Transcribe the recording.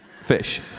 fish